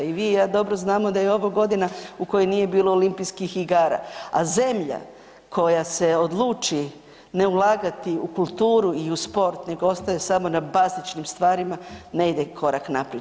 I vi i ja dobro znamo da je ovo godina u kojoj nije bilo olimpijskih igara, a zemlja koja se odluči ne ulagati u kulturu i u sport nego ostaje samo na bazičnim stvarima ne ide korak naprijed.